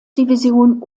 division